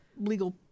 legal